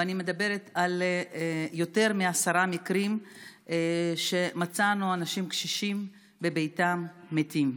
ואני מדברת על יותר מעשרה מקרים שמצאנו אנשים קשישים בביתם מתים.